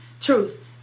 Truth